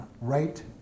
right